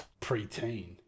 preteen